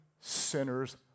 sinners